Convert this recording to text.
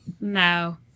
No